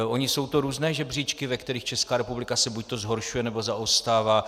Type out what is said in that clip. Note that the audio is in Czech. Ony jsou to různé žebříčky, ve kterých Česká republika se buďto zhoršuje, nebo zaostává.